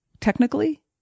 technically